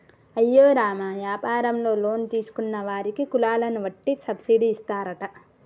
అయ్యో రామ యాపారంలో లోన్ తీసుకున్న వారికి కులాలను వట్టి సబ్బిడి ఇస్తారట